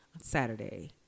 Saturday